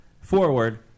forward